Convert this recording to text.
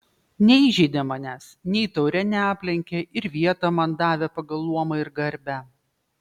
neįžeidė manęs nei taure neaplenkė ir vietą man davė pagal luomą ir garbę